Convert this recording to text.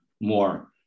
more